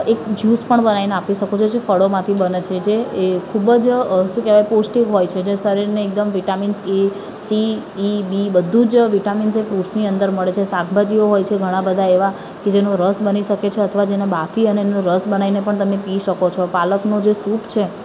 એક જ્યૂસ પણ બનાવીને આપી શકો છો જે ફળોમાંથી બને છે જે એ ખૂબ જ શું કહેવાય પૌષ્ટિક હોય છે જે શરીરને એકદમ vitamins A C E B બધું જ વિટામિન્સ એ ફ્રૂટ્સની અંદર મળે છે શાકભાજીઓ હોય છે ઘણા બધા એવા કે જેનો રસ બની શકે છે અથવા જેને બાફી અને એનો રસ બનાવીને પણ તમે પી શકો છો પાલકનો જે સૂપ છે